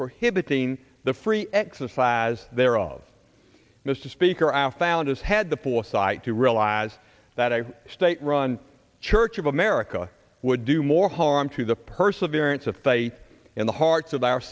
prohibiting the free exercise thereof mr speaker our founders had the foresight to realize that a state run church of america would do more harm to the perseverance of faith in the hearts of our